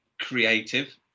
creative